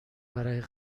برای